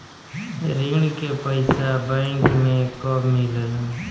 ऋण के पइसा बैंक मे कब मिले ला?